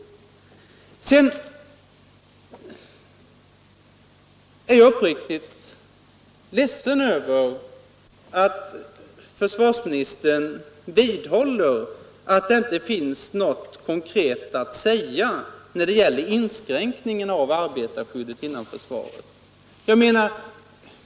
Jag är uppriktigt ledsen över att försvarsministern vidhåller att det inte finns något konkret att säga när det gäller inskränkningen av arbetarskyddet inom försvaret.